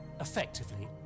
effectively